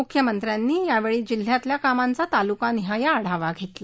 मुख्यमंत्र्यांनी यावेळी जिल्ह्यातील कामांचा तालुकानिहाय आढावा घेतला